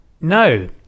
no